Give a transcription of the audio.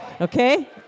Okay